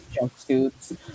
jumpsuits